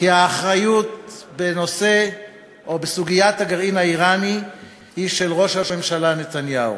כי האחריות בנושא או בסוגיית הגרעין האיראני היא של ראש הממשלה נתניהו.